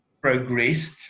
progressed